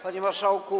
Panie Marszałku!